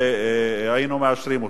והיינו מאשרים אותה.